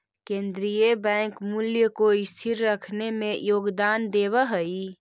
केन्द्रीय बैंक मूल्य को स्थिर रखने में योगदान देवअ हई